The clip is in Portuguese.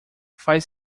faz